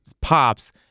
pops